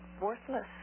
worthless